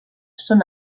són